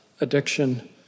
addiction